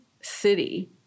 city